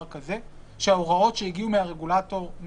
לגבי נותני שירותים פיננסים שעושים זאת באמצעים